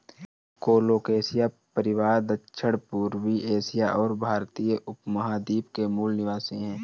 colocasia परिवार दक्षिणपूर्वी Asia और भारतीय उपमहाद्वीप के मूल निवासी है